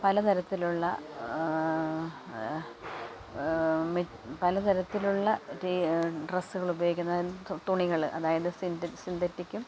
പലതരത്തിലുള്ള പലതരത്തിലുള്ള ഡ്രസ്സുകൾ ഉപയോഗിക്കുന്നത് തുണികള് അതായത് സിന്തറ്റിക്കു